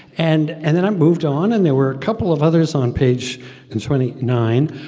and and then i moved on, and there were a couple of others on page and twenty nine,